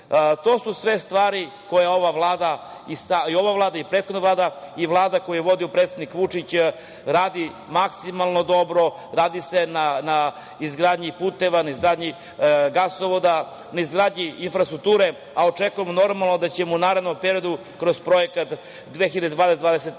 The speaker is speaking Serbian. To su sve stvari koje ova i prethodna Vlada , kao i Vlada koju je vodio predsednik Vučić radi maksimalno dobro. Radi se na izgradnji puteva, izgradnji gasovoda, infrastrukture, a očekujemo da ćemo u narednom periodu kroz Projekat 2020/2025.